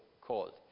called